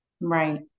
Right